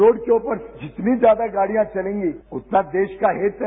road के ऊपर जितनी ज्यादा गाडियां चलेगी उतना देश का हित है